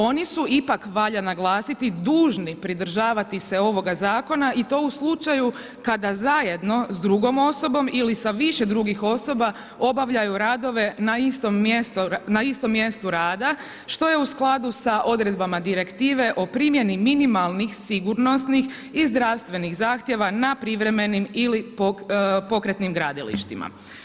Oni su ipak valja naglasiti, dužni pridržavati se ovoga zakona i to u slučaju kada zajedno s drugom osobom ili sa više drugih osoba obavljaju radove na istom mjestu rada što je u skladu s odredbama Direktive o primjeni minimalnih sigurnosnih i zdravstvenih zahtjeva na privremenim ili pokretnim gradilištima.